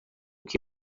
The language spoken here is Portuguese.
que